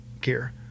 gear